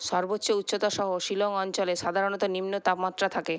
সর্বোচ্চ উচ্চতা সহ শিলং অঞ্চলে সাধারণত নিম্ন তাপমাত্রা থাকে